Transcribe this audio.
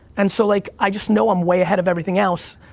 and so, like, i just know i'm way ahead of everything else,